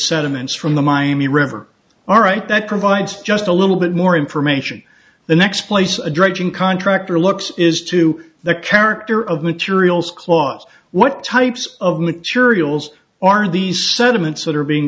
sediments from the miami river all right that provides just a little bit more information the next place a dredging contractor looks is to the character of materials clause what types of materials are these settlements that are being